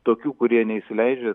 tokių kurie neįsileidžia